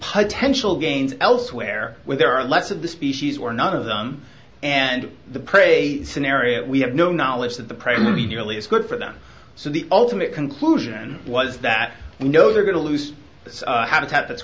potential gains elsewhere when there are less of the species or none of them and the prey scenario we have no knowledge that the primary nearly is good for them so the ultimate conclusion was that we know they're going to lose the habitat that's